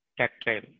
tactile